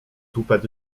tupet